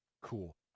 cool